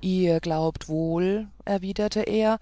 ihr glaubt wohl erwiderte er